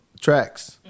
tracks